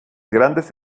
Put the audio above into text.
grandes